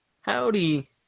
Howdy